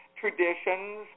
traditions